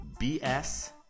BS